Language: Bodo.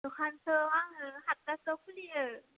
दखानखौ आङो सातथासोआव खुलियो